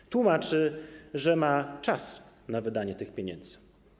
PiS tłumaczy, że ma czas na wydanie tych pieniędzy.